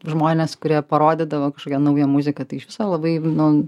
žmones kurie parodydavo kažkokią naują muziką tai iš viso labai nu